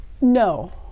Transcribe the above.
No